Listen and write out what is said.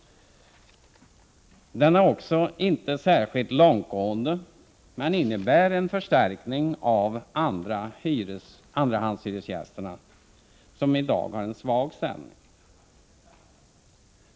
Den är ändå inte särskilt långtgående men innebär en förstärkning av andrahandshy resgästernas i dag svaga ställning.